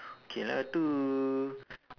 okay lah tu